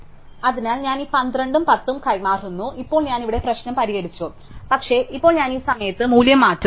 അതിനാൽ ഞാൻ ഈ 12 ഉം 10 ഉം കൈമാറുന്നു ഇപ്പോൾ ഞാൻ ഇവിടെ പ്രശ്നം പരിഹരിച്ചു പക്ഷേ ഇപ്പോൾ ഞാൻ ഈ സമയത്ത് മൂല്യം മാറ്റുന്നു